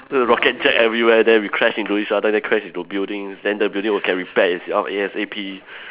so the rocket jet everywhere then we crash into each other then crash into buildings then the building will can repair itself A_S_A_P